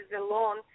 alone